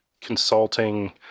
consulting